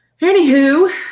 anywho